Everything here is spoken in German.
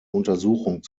untersuchung